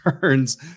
turns